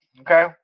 Okay